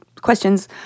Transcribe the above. Questions